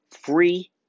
free